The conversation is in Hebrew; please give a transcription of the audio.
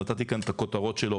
שנתתי כאן את הכותרות שלו,